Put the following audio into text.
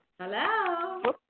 Hello